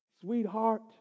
sweetheart